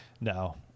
no